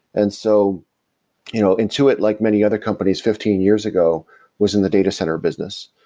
and so you know intuit, like many other companies fifteen years ago was in the data center business.